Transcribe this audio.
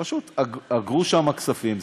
פשוט, אגרו שם כספים.